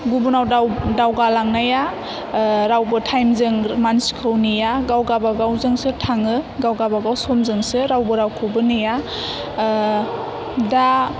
गुबुनाव दाव दावगालांनाया रावबो टाइमजों मानसिखौ नेया गाव गावबा गावजोंसो थाङो गाव गावबागाव समजोंसो रावबो रावखौबो नेया दा